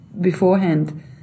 beforehand